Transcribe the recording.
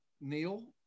neil